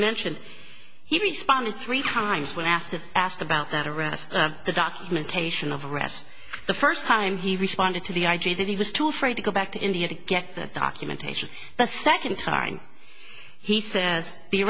mentioned he responded three hundred times when asked if asked about that arrest the documentation of arrests the first time he responded to the i g that he was too afraid to go back to india to get the documentation the second time he says the